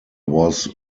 was